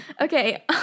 Okay